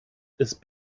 ist